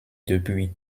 depuis